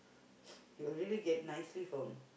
he will really get nicely from